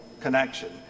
connection